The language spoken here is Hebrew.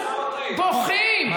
בוכים,